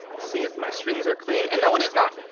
see if my strings are clean. and no it is not.